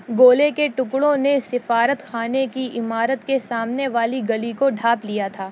گولے کے ٹکڑوں نے سفارت خانے کی عمارت کے سامنے والی گلی کو ڈھانپ لیا تھا